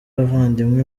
bavandimwe